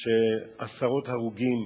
עם עשרות הרוגים